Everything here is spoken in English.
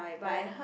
oh